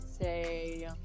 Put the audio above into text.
say